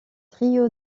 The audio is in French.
trio